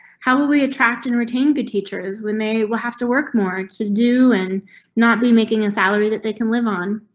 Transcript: how will we attract and retain good teachers when they will have to work more to do and not be making a salary that they can live on?